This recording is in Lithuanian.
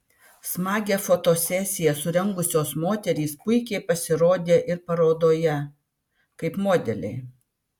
smagią fotosesiją surengusios moterys puikiai pasirodė ir parodoje kaip modeliai